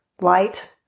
Light